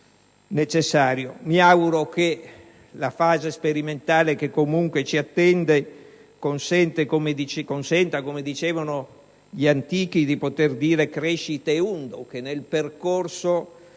Mi auguro che la fase sperimentale che comunque ci attende consenta, come dicevano gli antichi, di poter dire: «*crescit eundo*»; che nel percorso